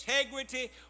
integrity